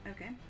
okay